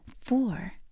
four